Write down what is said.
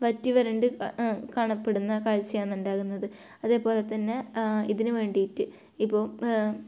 വറ്റി വരണ്ട് കാണപ്പെടുന്ന കാഴ്ചയാണ് ഉണ്ടാകുന്നത് അതേപോലെ തന്നെ ഇതിന് വേണ്ടിയിട്ട് ഇപ്പോൾ